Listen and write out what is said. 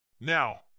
Now